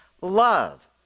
love